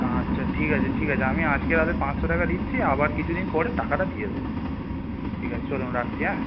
আচ্ছা ঠিক আছে ঠিক আছে আমি আজকে তাহলে পাঁচশো টাকা দিচ্ছি আবার কিছু দিন পরে টাকাটা দিয়ে দোবো ঠিক আছে চলুন রাখছি অ্যাঁ